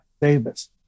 Davis